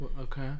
Okay